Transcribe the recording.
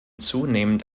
zunehmend